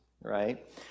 right